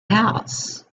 house